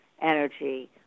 energy